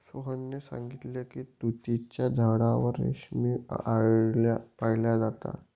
सोहनने सांगितले की तुतीच्या झाडावर रेशमी आळया पाळल्या जातात